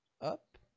up